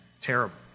terrible